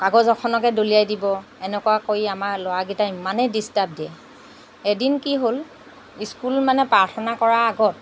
কাগজ এখনকে দলিয়াই দিব এনেকুৱা কৰি আমাৰ ল'ৰাকেইটাই ইমানে ডিষ্টাৰ্ব দিয়ে এদিন কি হ'ল স্কুল মানে প্ৰাৰ্থনা কৰাৰ আগত